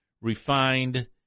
refined